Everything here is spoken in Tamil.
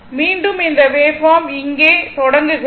மீண்டும் இந்த வேவ்பார்ம் இங்கே தொடங்குகிறது